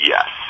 Yes